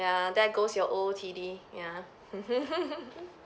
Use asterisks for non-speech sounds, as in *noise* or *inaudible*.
ya there goes your O_O_T_D ya *laughs*